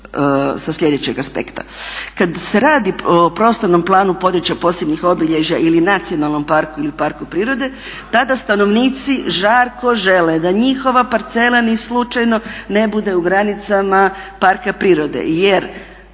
sa sljedećeg aspekta. Kad se radi o Prostornom planu područja posebnih obilježja ili nacionalnom parku ili parku prirode tada stanovnici žarko žele da njihova parcela ni slučajno ne bude u granicama parka prirode jer